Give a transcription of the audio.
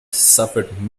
suffered